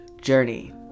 Journey